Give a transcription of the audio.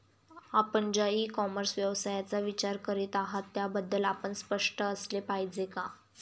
आपण ज्या e commerce व्यवसायाचा विचार करीत आहात त्याबद्दल आपण स्पष्ट असले पाहिजे का?